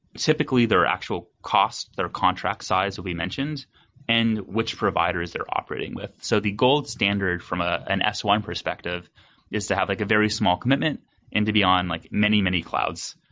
typically, there are cost that are contract size will be mentioned and which providers they're operating with. so the gold standard from ah an s one perspective is to have like a very small commitment and to beyond like many, many clouds.